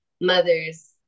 mothers